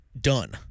Done